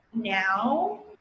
now